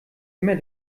immer